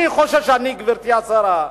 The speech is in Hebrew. אני חושב, גברתי השרה,